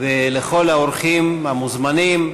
ולכל האורחים המוזמנים.